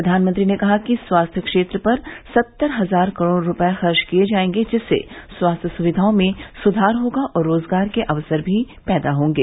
प्रधानमंत्री ने कहा कि स्वास्थ्य क्षेत्र पर सत्तर हजार करोड़ रुपये खर्च किए जाएंगे जिससे स्वास्थ्य सुविधाओं में सुधार होगा और रोजगार के अवसर भी पैदा होंगे